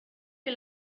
que